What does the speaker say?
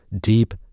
deep